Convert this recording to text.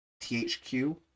THQ